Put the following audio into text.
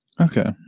Okay